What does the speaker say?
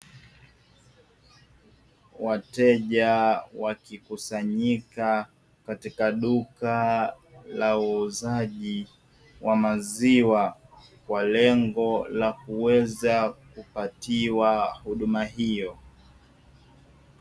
Wateja wakikusanyika katika duka la uuzaji wa maziwa kwa lengo la kuweza kupatiwa huduma hiyo.